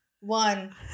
One